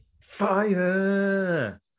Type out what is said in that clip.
Fire